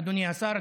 אדוני השר,